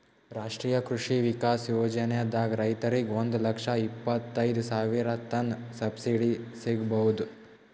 ರಾಷ್ಟ್ರೀಯ ಕೃಷಿ ವಿಕಾಸ್ ಯೋಜನಾದಾಗ್ ರೈತರಿಗ್ ಒಂದ್ ಲಕ್ಷ ಇಪ್ಪತೈದ್ ಸಾವಿರತನ್ ಸಬ್ಸಿಡಿ ಸಿಗ್ಬಹುದ್